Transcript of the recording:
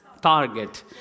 Target